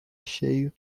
cheio